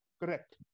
Correct